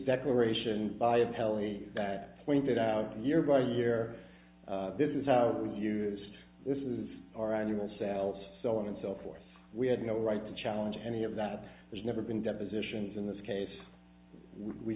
declaration by a tally that pointed out year by year this is used this is our annual sales so on and so forth we had no right to challenge any of that there's never been depositions in this case we